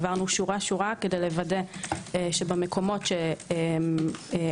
עברנו שורה-שורה כדי לוודא שבמקומות שאין